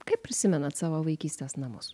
kaip prisimenat savo vaikystės namus